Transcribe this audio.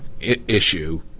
issue